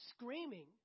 screaming